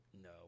No